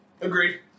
Agreed